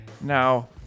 Now